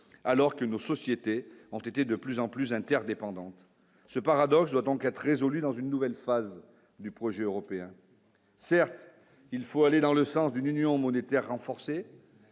alors que nos sociétés ont été de plus en plus interdépendant ce paradoxe doit donc être résolu dans une nouvelle phase du projet européen : certes, il faut aller dans le sens d'une union monétaire renforcée